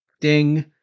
Ding